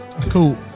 Cool